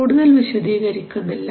കൂടുതൽ വിശദീകരിക്കുന്നില്ല